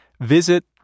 visit